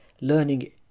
learning